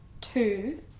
two